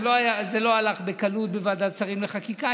זה לא הלך בקלות בוועדת שרים לחקיקה.